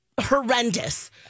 horrendous